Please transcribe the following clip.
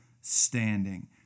standing